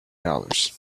dollars